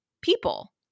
People